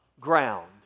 ground